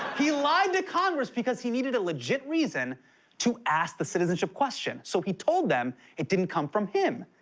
he lied to congress because he needed a legit reason to ask the citizenship question. so he told them it didn't come from him.